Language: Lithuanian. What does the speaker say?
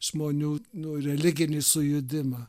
žmonių nu religinį sujudimą